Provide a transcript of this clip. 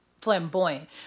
flamboyant